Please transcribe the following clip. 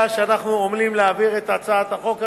שאנחנו עמלים להעביר את הצעת החוק הזאת.